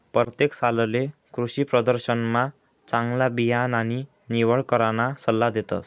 परतेक सालले कृषीप्रदर्शनमा चांगला बियाणानी निवड कराना सल्ला देतस